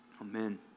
Amen